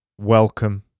Welcome